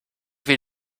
will